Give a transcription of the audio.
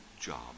job